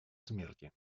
смерти